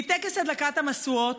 מטקס הדלקת המשואות,